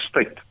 state